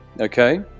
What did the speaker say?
okay